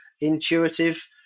intuitive